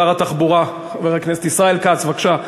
שר התחבורה, חבר הכנסת ישראל כץ, בבקשה.